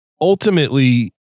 ultimately